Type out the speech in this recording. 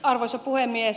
arvoisa puhemies